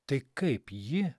tai kaip ji